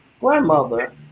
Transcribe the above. grandmother